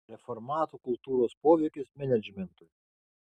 reformatų kultūros poveikis menedžmentui